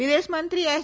વિદેશમંત્રી એસ